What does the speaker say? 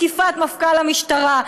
תקיפת מפכ"ל המשטרה,